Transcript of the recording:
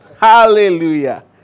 Hallelujah